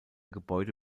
gebäude